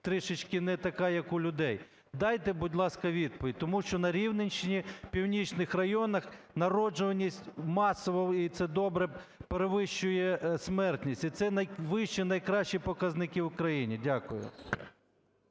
трішечки не така, як у людей. Дайте, будь ласка, відповідь. Тому що на Рівненщині, в північних районах, народжуваність масово, і це добре, перевищує смертність. І це найвищі, найкращі показники в Україні. Дякую.